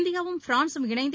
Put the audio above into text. இந்தியாவும் பிரான்சும் இணைந்து